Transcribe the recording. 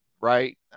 right